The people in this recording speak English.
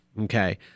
okay